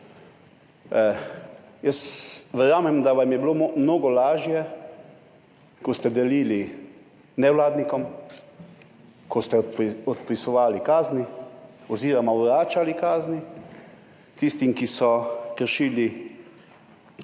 Verjamem, da vam je bilo mnogo lažje, ko ste delili nevladnikom, ko ste odpisovali kazni oziroma vračali kazni tistim, ki so kršili